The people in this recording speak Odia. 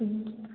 ହୁଁ